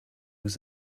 was